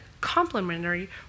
complementary